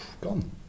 gone